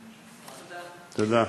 תודה.